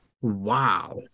wow